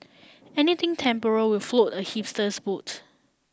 anything temporal will float a hipster's boat